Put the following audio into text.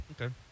Okay